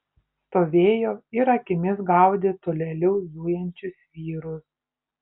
stovėjo ir akimis gaudė tolėliau zujančius vyrus